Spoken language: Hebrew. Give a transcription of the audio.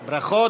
ברכות.